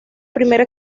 primera